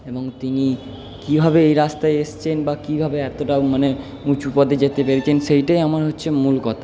এবং তিনি কীভাবে এই রাস্তায় এসছেন বা কীভাবে এতোটা মানে উঁচু পদে যেতে পেরেছেন সেইটাই আমার হচ্ছে মূল কথা